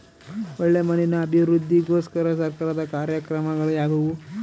ಒಳ್ಳೆ ಮಣ್ಣಿನ ಅಭಿವೃದ್ಧಿಗೋಸ್ಕರ ಸರ್ಕಾರದ ಕಾರ್ಯಕ್ರಮಗಳು ಯಾವುವು?